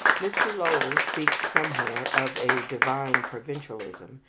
mr. lowell speaks somewhere of a divine provincialism,